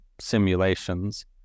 simulations